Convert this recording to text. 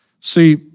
See